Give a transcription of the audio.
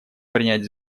принять